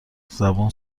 زبون